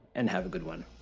and have a good one.